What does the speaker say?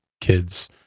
kids